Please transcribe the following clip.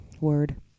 Word